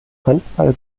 handball